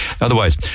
Otherwise